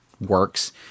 works